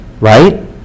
right